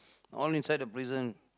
all inside the prison